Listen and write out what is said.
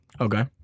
Okay